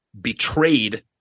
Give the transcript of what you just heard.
Betrayed